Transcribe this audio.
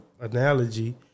analogy